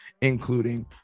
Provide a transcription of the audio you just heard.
including